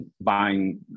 buying